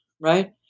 right